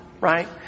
right